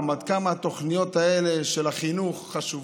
עד כמה התוכניות האלה של החינוך חשובות.